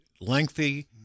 lengthy